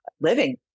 living